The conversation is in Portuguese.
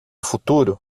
futuro